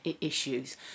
issues